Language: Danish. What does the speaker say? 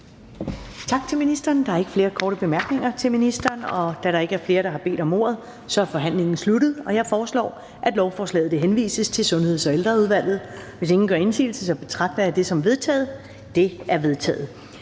Tak til ministeren. Der er ikke flere korte bemærkninger til ministeren. Da der ikke er flere, der har bedt om ordet, er forhandlingen sluttet. Jeg foreslår, at lovforslaget henvises til Sundheds- og Ældreudvalget. Hvis ingen gør indsigelse, betragter jeg det som vedtaget. Det er vedtaget.